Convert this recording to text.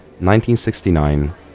1969